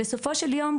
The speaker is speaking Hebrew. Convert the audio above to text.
בסופו של יום,